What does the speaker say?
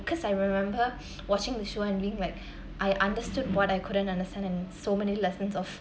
cause I remember watching the show and being like I understood what I couldn't understand in so many lessons of